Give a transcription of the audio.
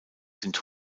sind